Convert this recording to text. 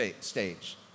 stage